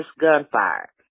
gunfire